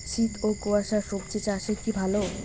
শীত ও কুয়াশা স্বজি চাষে কি ভালো?